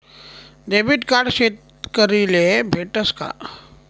Debit card शेतकरीले भेटस का?